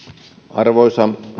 arvoisa